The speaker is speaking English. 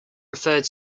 referred